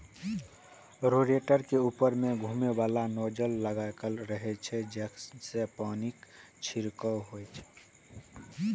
rotator के ऊपर मे घुमैबला नोजल लागल रहै छै, जइसे पानिक छिड़काव होइ छै